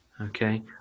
Okay